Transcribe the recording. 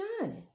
shining